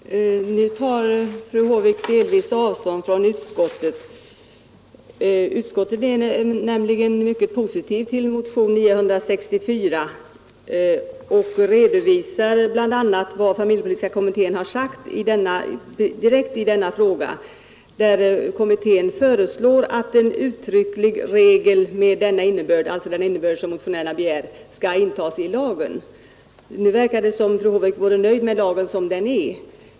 Herr talman! Nu tar fru Håvik delvis avstånd från utskottet. Utskottet ställer sig nämligen mycket positivt till motionen 964 och redovisar bl.a. vad familjepolitiska kommittén uttalat i denna fråga. Kommittén föreslår att en uttrycklig regel med den innebörd som motionärerna begär skall intas i lagen. Nu verkar det som om fru Håvik vore nöjd med lagen som den är.